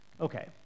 okay